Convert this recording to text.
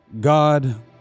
God